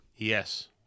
Yes